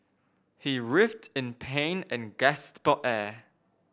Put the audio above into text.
he writhed in pain and gasped for air